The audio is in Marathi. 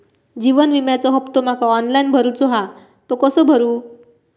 जीवन विम्याचो हफ्तो माका ऑनलाइन भरूचो हा तो कसो भरू?